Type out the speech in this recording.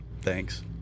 thanks